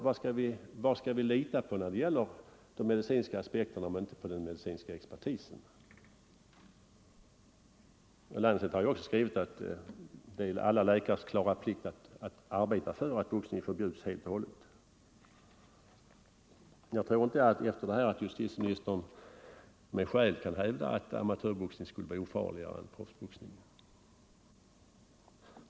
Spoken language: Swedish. Vad skall vi lita på när det gäller de medicinska aspekterna om inte på den medicinska expertisen? Lancet har också skrivit att det är alla läkares klara plikt att arbeta för att boxning förbjuds helt och hållet. Jag tror inte att justitieministern efter detta med skäl kan hävda att amatörboxning är ofarligare än proffsboxning.